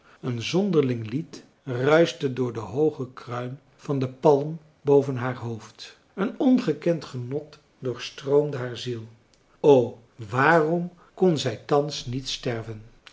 een zonderling lied ruischte door de hooge kruin van den palm boven haar hoofd een ongekend genot doorstroomde haar ziel o waarom kon zij thans niet sterven